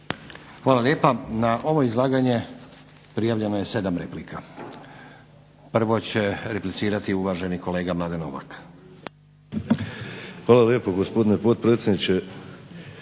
Hvala lijepa. Na ovo izlaganje prijavljeno je 7 replika. Prvo će replicirati uvaženi kolega Mladen Novak. **Novak, Mladen (Hrvatski